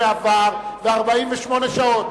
שעבר ו-48 שעות.